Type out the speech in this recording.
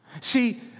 See